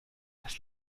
das